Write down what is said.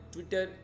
Twitter